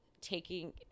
taking